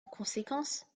conséquence